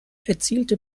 erzielte